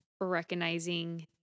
recognizing